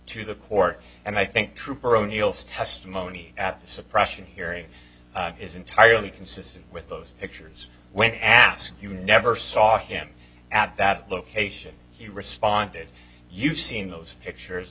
to the court and i think trooper o'neill's testimony at the suppression hearing is entirely consistent with those pictures when asked you never saw him at that location he responded you've seen those pictures